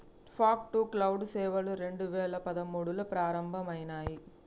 fog to cloud సేవలు రెండు వేల పదమూడులో ప్రారంభమయినాయి